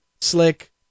Slick